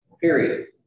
Period